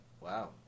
wow